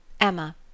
Emma